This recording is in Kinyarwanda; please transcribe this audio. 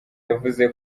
yavuze